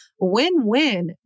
Win-win